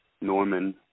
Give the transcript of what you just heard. norman